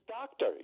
Doctor